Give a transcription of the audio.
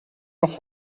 noch